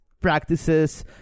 practices